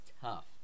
tough